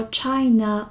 China